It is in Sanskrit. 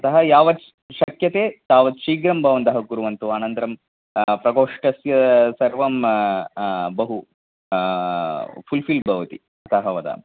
अतः यावत् शक्यते तावत् शीघ्रं भवन्तः कुर्वन्तु अनन्तरं प्रकोष्ठस्य सर्वं बहु फ़ुल्फ़िल् भवति अतः वदामि